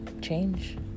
change